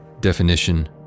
Definition